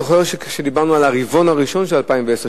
אני גם זוכר כשדיברנו על הרבעון הראשון של 2010,